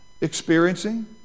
experiencing